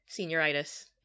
Senioritis